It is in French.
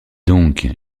donc